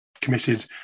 committed